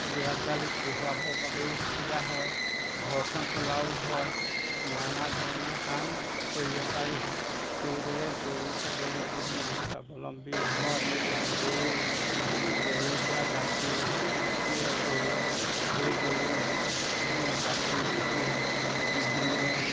ল'ৰা ছোৱালীক পঢ়োৱাবৰ বাবেও সুবিধা হয় ঘৰখন চলাও হয় নানাধৰণৰ কাম কৰিব পাৰি সেইদৰে গৰু ছাগলী পুহি মানুহ স্বাৱলম্বী হয় গৰু গৰুৰপৰা গাখীৰ দিয়ে গৰুৱে সেই গৰুৰ গাখীৰ বেছি গৃহিণীয়ে